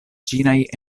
ĉinaj